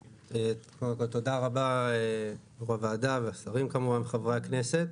תודה רבה לוועדה, לשרים כמובן ולחברי הכנסת.